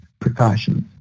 precautions